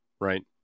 right